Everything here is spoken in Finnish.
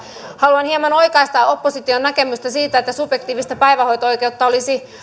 haluan hieman oikaista opposition näkemystä siitä että subjektiivinen päivähoito oikeus